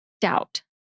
doubt